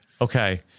Okay